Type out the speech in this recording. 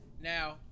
Now